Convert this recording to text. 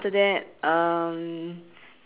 okay so that is not a difference then after that